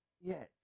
yes